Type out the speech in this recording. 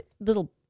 little